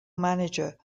manager